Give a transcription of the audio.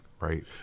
right